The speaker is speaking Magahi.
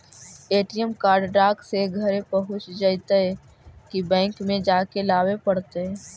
ए.टी.एम कार्ड डाक से घरे पहुँच जईतै कि बैंक में जाके लाबे पड़तै?